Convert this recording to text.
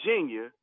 Virginia